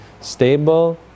stable